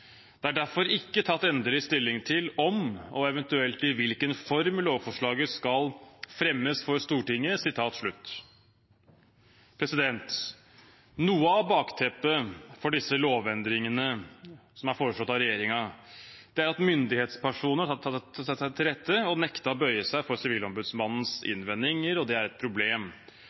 Det er derfor ikke tatt endelig stilling til om og eventuelt i hvilken form lovforslaget skal fremmes for Stortinget.» Noe av bakteppet for disse lovendringene som er foreslått av regjeringen, er at myndighetspersoner har tatt seg til rette og nektet å bøye seg for Sivilombudsmannens innvendinger – og det er et problem.